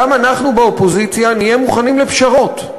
גם אנחנו באופוזיציה נהיה מוכנים לפשרות.